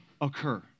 occur